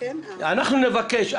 אנחנו נבקש.